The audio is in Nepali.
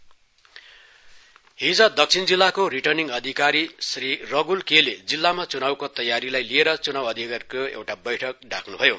इलेक्सन साउथ हिज दक्षिण जिल्लाको रिर्टनिङ अधिकारी श्री रगुल केले जिल्लामा चुनावको तयारीलाई लिएर च्नाव अधिकारीहरूको एउटा बैठ्क डाक्न्भयो